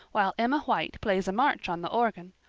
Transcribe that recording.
while emma white plays a march on the organ.